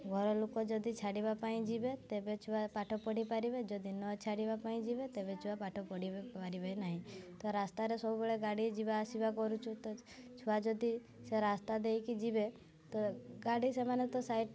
ଘରଲୋକ ଯଦି ଛାଡ଼ିବା ପାଇଁ ଯିବେ ତେବେ ଛୁଆ ପାଠ ପଢ଼ିପାରିବେ ଯଦି ନ ଛାଡ଼ିବା ପାଇଁ ଯିବେ ତେବେ ଛୁଆ ପାଠ ପଢ଼ିବେ ପାରିବେ ନାହିଁ ତ ରାସ୍ତାରେ ସବୁବେଳେ ଗାଡ଼ି ଯିବା ଆସିବା କରୁଛୁ ତ ଛୁଆ ଯଦି ସେ ରାସ୍ତା ଦେଇକି ଯିବେ ତ ଗାଡ଼ି ସେମାନେ ତ ସାଇଟ୍